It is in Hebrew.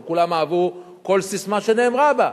לא כולם אהבו כל ססמה שנאמרה בה,